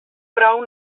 prou